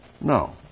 No